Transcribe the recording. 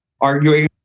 arguing